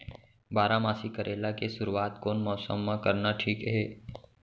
बारामासी करेला के शुरुवात कोन मौसम मा करना ठीक हे?